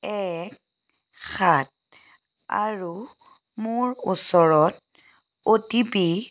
এক সাত আৰু মোৰ ওচৰত অ' টি পি